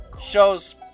shows